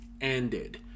ended